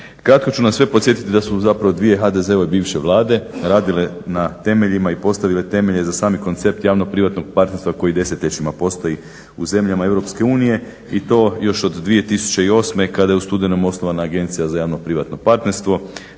Kratko ću nas sve podsjetiti da su zapravo dvije HDZ-ove bivše vlade radile na temeljima i postavile temelje i postavile temelje za sami koncept javnog privatnog partnerstva koji desetljećima postoji u zemljama Europske unije i to još od 2008. kada je u studenom osnovana Agencija za javno-privatno partnerstvo.